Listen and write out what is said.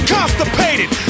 Constipated